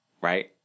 right